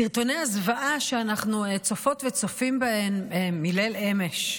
סרטוני הזוועה שאנחנו צופות וצופים בהם מליל אמש,